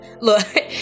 Look